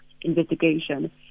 investigation